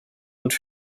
und